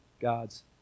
God's